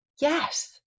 Yes